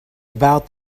about